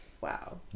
Wow